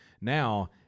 now